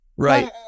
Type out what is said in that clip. Right